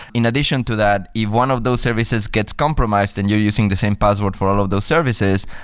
in addition to that, if one of those services gets compromised, then you're using the same password for all of those services.